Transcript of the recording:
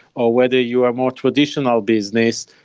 or whether you are more traditional business,